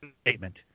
statement